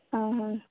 ആ ആ